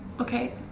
Okay